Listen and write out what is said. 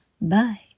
Bye